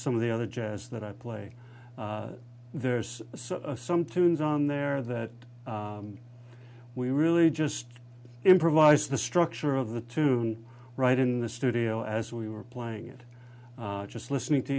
some of the other jazz that i play there's some through his on there that we really just improvised the structure of the tune right in the studio as we were playing it just listening to